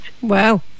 Wow